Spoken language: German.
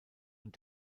und